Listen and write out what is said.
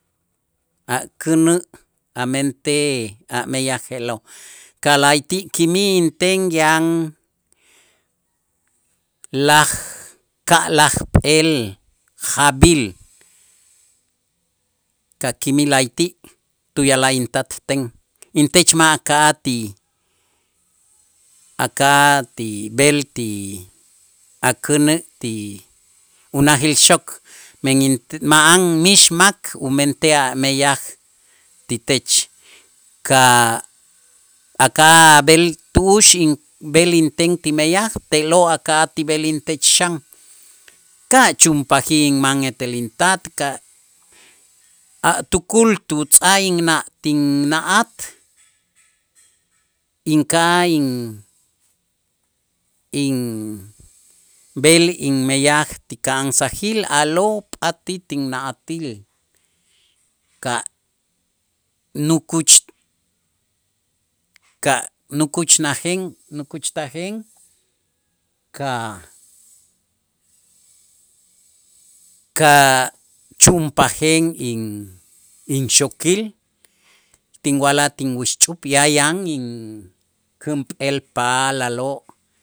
A' känä' amentej a' meyaj je'lo' ka' la'ati' kimij inten yan laj ka'lajp'eel jaab'il ka' kimij la'ayti' tuya'laj intat ten intech ma' aka'aj ti aka'aj ti b'el ti akänä' ti unajilxok, men ma'an mixmak umentej ameyaj ti tech, ka' aka'aj b'el tu'ux inb'el inten ti meyaj te'lo' aka'aj ti b'el intech xan ka' chunpajij inman etel intat ka' a' tukul tutz'aj inna' tinna'at inka'aj in- inb'el inmeyaj ti ka'ansajil a'lo' patij tinna'atil ka' nukuchka'-nukuchnajen nukuchtajen ka' ka' chu'unpajen in- inxokil tinwa'laj tinwixch'up ya yan in känp'eel paalaloo'.